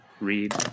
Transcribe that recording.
Read